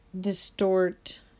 distort